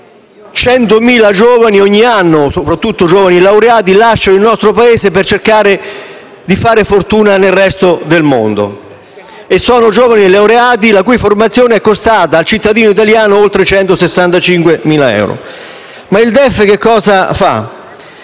giovani ogni anno, soprattutto giovani laureati, lascino il nostro Paese per cercare di fare fortuna nel resto del mondo. Sono giovani laureati la cui formazione è costata al cittadino italiano oltre 165.000 euro. Il DEF cosa